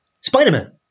Spider-Man